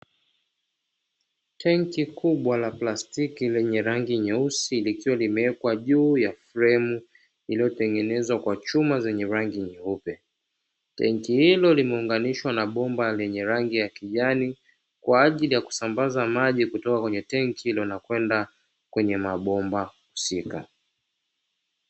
Tenki kubwa la prastiki lenye rangi nyeusi likiwa limewekwa juu ya fremu iliyotengenezwa kwa chuma zenye rangi nyeupe. Tenki hilo limeuganishwa na bomba lenye rangi ya kijani, kwa ajili ya kusambaza maji kutoka kenye tenki na kwenda katika kwenye mabomba husika.